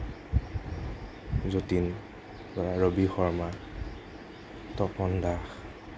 যতীন বা ৰবি শৰ্মা তপন দাস